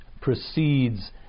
precedes